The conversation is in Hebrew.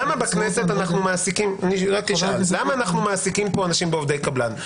למה אנחנו מעסיקים פה אנשים ועובדי קבלן?